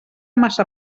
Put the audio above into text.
massa